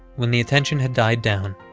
when the attention had died down,